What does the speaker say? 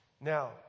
Now